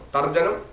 Tarjanam